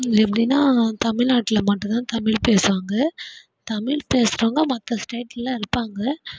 எப்படினா தமிழ்நாட்டில் மட்டுந்தான் தமிழ் பேசுவாங்க தமிழ் பேசுறவங்க மற்ற ஸ்டேட்டில் இருப்பாங்க